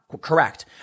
correct